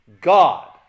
God